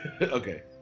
Okay